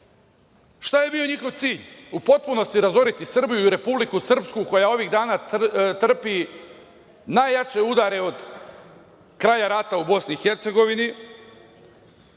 je bio njihov cilj? U potpunosti razoriti Srbiju i Republiku Srpsku koja ovih dana trpi najjače udare od kraja rata u BiH,